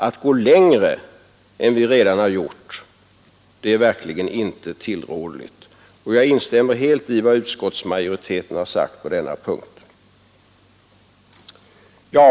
Att gå längre än vi redan har gjort är verkligen inte tillrådligt. Jag instämmer helt i vad utskottsmajoriteten har sagt på denna punkt.